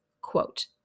quote